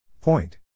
Point